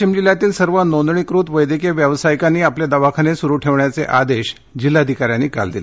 वाशिम जिल्ह्यातील सर्व नोंदणीकृत वैद्यकीय व्यावसायिकांनी आपले दवाखाने सुरु ठेवण्याचे आदेश जिल्हाधिका यांनी काल दिले